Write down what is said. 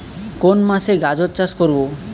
কোন মাসে গাজর চাষ করব?